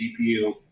GPU